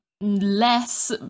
less